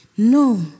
No